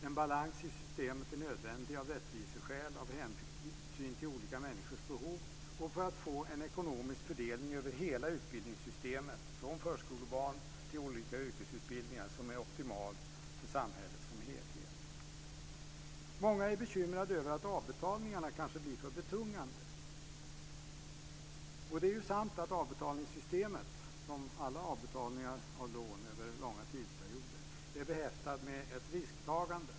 En balans i systemet är nödvändig av rättviseskäl med hänsyn till olika människors behov och för att få en ekonomisk fördelning över hela skolsystemet, från förskolebarn till olika yrkesutbildningar, som är optimal för samhället som helhet. Många är bekymrade över att avbetalningarna kanske blir för betungande, och det är ju sant att avbetalningssystemet som alla avbetalningar av lån över långa tidsperioder är behäftat med ett risktagande.